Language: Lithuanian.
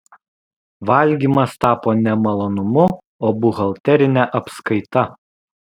valgymas tapo ne malonumu o buhalterine apskaita